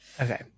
Okay